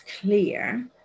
clear